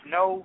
no